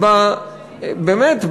באמת,